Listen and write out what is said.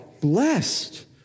blessed